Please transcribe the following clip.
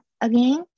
again